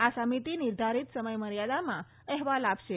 આ સમિતિ નિર્ધારીત સમયમર્યાદામાં અહેવાલ આપશે